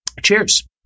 Cheers